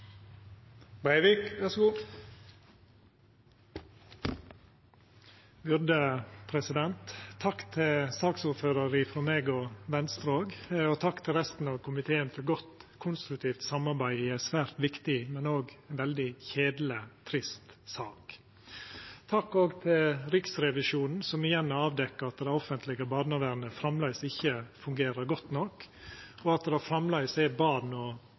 og Venstre vil takka saksordføraren og komiteen for godt og konstruktivt samarbeid i ei svært viktig, men òg veldig kjedeleg og trist sak. Takk òg til Riksrevisjonen, som igjen har avdekt at det offentlege barnevernet enno ikkje fungerer godt nok, og at det framleis er barn og